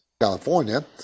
California